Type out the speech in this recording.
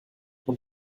und